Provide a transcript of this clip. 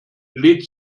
lädt